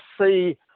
see